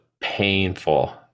painful